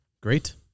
great